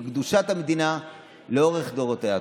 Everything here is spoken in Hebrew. בקדושת המדינה לאורך דורותיה.